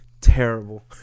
Terrible